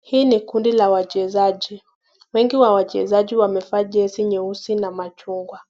Hii ni kundi la wachezaji, wengi wa wachezaji wamevaa jezi nyeusi na machungwa,